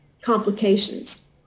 complications